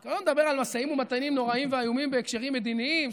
לא נדבר על משאים ומתנים נוראיים ואיומים בהקשרים מדיניים,